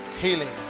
Healing